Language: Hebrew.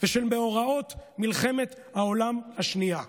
ושל מאורעות מלחמת העולם השנייה.